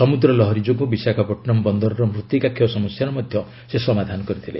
ସମୁଦ୍ର ଲହରୀ ଯୋଗୁଁ ବିଶାଖାପାଟନମ୍ ବନ୍ଦରର ମୃଭିକା କ୍ଷୟ ସମସ୍ୟାର ସେ ସମାଧାନ କରିଥିଲେ